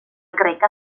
greca